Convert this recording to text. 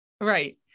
Right